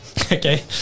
Okay